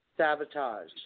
Sabotage